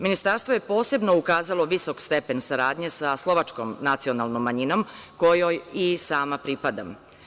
Ministarstvo je posebno ukazalo visok stepen saradnje sa slovačkom nacionalnom manjinom, kojoj i sama pripadam.